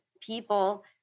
people